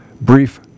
brief